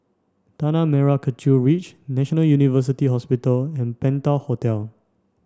Tanah Merah Kechil Ridge National University Hospital and Penta Hotel